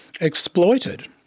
exploited